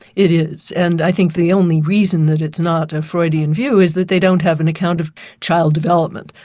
it is. and i think the only reason that it's not a freudian view is that they don't have an account of child development.